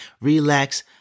relax